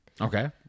Okay